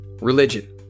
religion